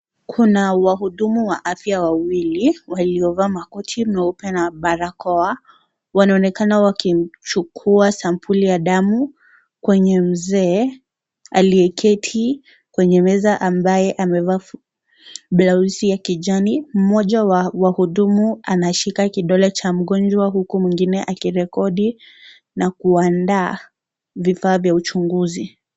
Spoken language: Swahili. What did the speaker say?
Kuna wahudumu wa afya wawili waliovaa makoti meupe na barakoa wanaonekana wakimchukua sampuli ya damu kwenye mzee aliyeketi kwenye meza ambaye amevaa blauzi ya kijani. Mmoja wa wahudumu anashika kidole cha mgonjwa huku mwingine akirekodi na kuandaa vifaa vya uchunguzi.